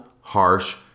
harsh